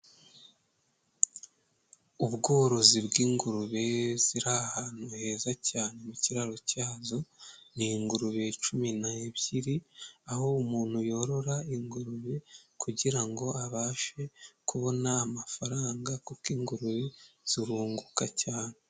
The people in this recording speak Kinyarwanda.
Ubworozi bw'ingurube ziri ahantu heza cyane mu kiraro cyazo, ni ingurube cumi n'ebyiri, aho umuntu yorora ingurube kugira ngo abashe kubona amafaranga kuko ingurube zirunguka cyane.